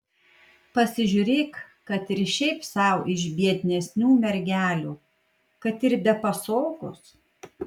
pasižiūrėk kad ir šiaip sau iš biednesnių mergelių kad ir be pasogos